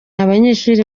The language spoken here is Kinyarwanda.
abanyeshuri